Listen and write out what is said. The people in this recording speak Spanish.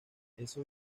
eso